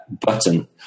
button